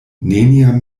neniam